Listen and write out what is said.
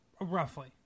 Roughly